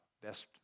Best